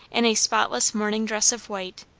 in a spotless morning dress of white,